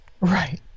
right